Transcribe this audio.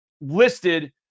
listed